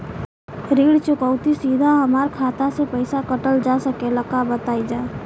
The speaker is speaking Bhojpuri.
ऋण चुकौती सीधा हमार खाता से पैसा कटल जा सकेला का बताई जा?